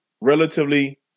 relatively